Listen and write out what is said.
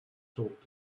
talk